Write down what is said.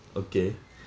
okay